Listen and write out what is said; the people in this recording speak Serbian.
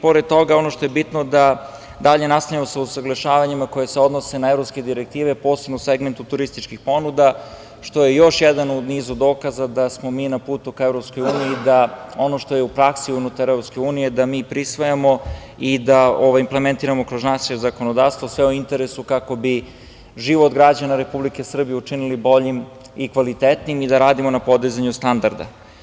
Pored toga, ono što je bitno da dalje nastavljamo sa usaglašavanjima koja se odnose na evropske direktive, posebno u segmentu turističkih ponuda što je još jedan u nizu dokaza da smo mi na putu ka EU i da ono što je u praksi unutar EU da mi prisvajamo i da implementiramo kroz naše zakonodavstvo, sve u interesu kako život građana Republike Srbije učinili boljim i kvalitetnijim i da radimo na podizanju standarda.